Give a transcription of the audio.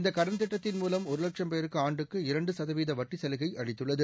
இந்தக் கடன் திட்டத்தின் மூலம் ஒரு லட்சம் பேருக்கு ஆண்டுக்கு இரண்டு சதவீத வட்டி சலுகை அளித்துள்ளது